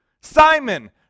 Simon